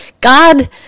God